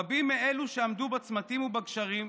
רבים מאלו שעמדו בצמתים ובגשרים,